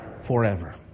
forever